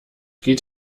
geht